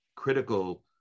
critical